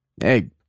Hey